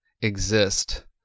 exist